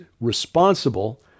responsible